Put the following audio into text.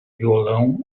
violão